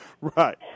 Right